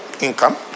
income